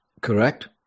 Correct